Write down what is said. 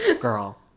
girl